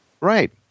Right